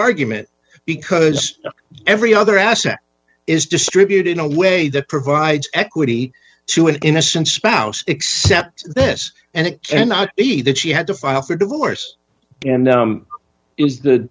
argument because every other aspect is distributed in a way that provides equity to an innocent spouse except this and it cannot be that she had to file for divorce and is th